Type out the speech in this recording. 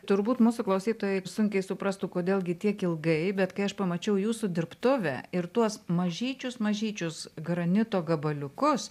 turbūt mūsų klausytojai sunkiai suprastų kodėl gi tiek ilgai bet kai aš pamačiau jūsų dirbtuvę ir tuos mažyčius mažyčius granito gabaliukus